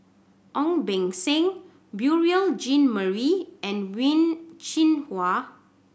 Ong Beng Seng Beurel Jean Marie and Wen Jinhua